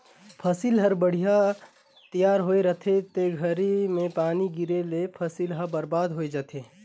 फसिल हर बड़िहा तइयार होए रहथे ते घरी में पानी गिरे ले फसिल हर बरबाद होय जाथे